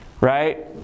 Right